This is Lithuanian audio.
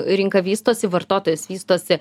rinka vystosi vartotojas vystosi